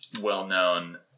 well-known